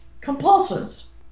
compulsions